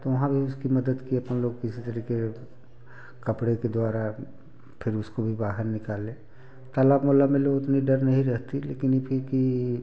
तो वहाँ भी उसकी मदद किए अपन लोग किसी तरीके कपड़े के द्वारा फिर उसको भी बाहर निकाले तालाब ओलाब में लो उतनी डर नहीं रहती लेकिन ई फिर कि